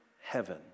heaven